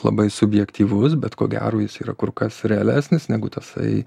labai subjektyvus bet ko gero jis yra kur kas realesnis negu tasai